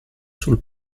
sul